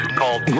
called